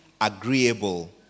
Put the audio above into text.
agreeable